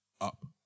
up